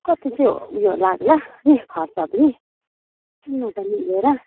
कत्ति चाहिँ हो उयो लाग्ला नि खर्च पनि जाऊँ न त मिलेर